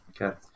Okay